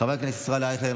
חבר הכנסת ישראל אייכלר,